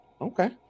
Okay